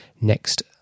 next